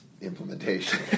implementation